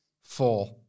Four